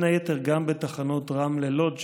ובין היתר גם בתחנות רמלה-לוד,